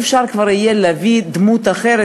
לא יהיה אפשר להביא דמות אחרת.